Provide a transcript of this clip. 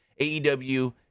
AEW